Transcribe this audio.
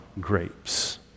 grapes